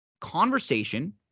conversation